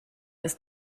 ist